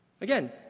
again